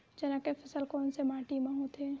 चना के फसल कोन से माटी मा होथे?